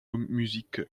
musique